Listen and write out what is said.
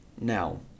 Now